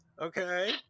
okay